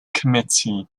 committee